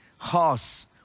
Horse